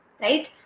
right